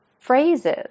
phrases